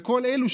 וכל אלו,